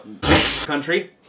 country